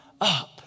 up